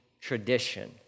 tradition